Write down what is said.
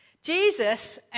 Jesus